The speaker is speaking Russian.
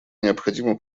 необходимо